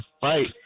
fight